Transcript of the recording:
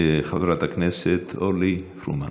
חברת הכנסת אורלי פרומן.